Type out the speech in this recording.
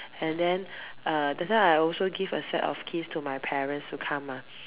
and then uh that time I also give a set of keys to my parents to come lah